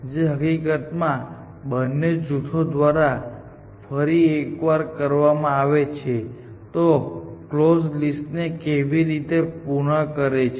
જે હકીકતમાં આ બંને જૂથો દ્વારા ફરી એકવાર કરવામાં આવે છે તો કલોઝ લિસ્ટ ને કેવી રીતે પૃન કરે છે